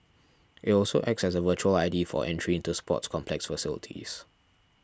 it also acts as a virtual I D for entry into sports complex facilities